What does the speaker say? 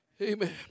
Amen